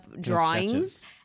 drawings